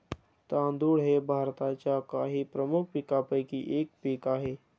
तांदूळ हे भारताच्या काही प्रमुख पीकांपैकी एक पीक आहे